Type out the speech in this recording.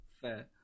fair